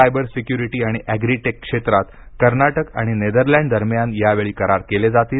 cyber security आणि agri tech क्षेत्रात कर्नाटक आणि नेदरलँड दरम्यान या वेळी करार केले जाणार आहेत